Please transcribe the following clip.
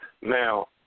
Now